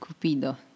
Cupido